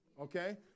Okay